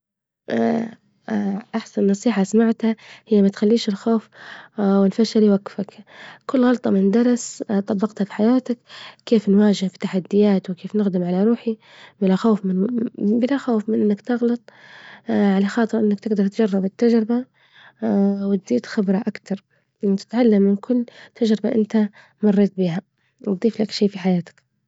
أحسن نصيحة سمعتها هي متخليش الخوف والفشل يوجفك، كل غلطة من درس طبجتها في حياتك كيف نواجه في تحديات وكيف نقدم على روحي بلا خوف بلا خوف من إنك تغلط، على خاطر إنك تجدر تجرب التجربة وتزيد خبرة أكتر وتتعلم من كل تجربة إنت مريت بيها وتضيفلك شي في حياتك.